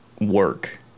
work